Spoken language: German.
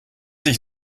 ich